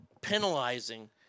penalizing